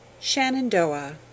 Shenandoah